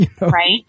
Right